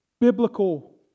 biblical